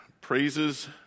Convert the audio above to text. praises